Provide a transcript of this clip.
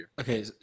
Okay